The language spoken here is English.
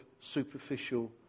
superficial